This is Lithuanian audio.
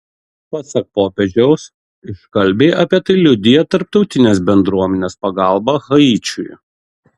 pasak popiežiaus iškalbiai apie tai liudija tarptautinės bendruomenės pagalba haičiui